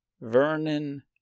Vernon